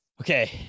Okay